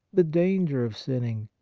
the danger of sinning,